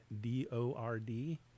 D-O-R-D